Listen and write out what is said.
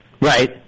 Right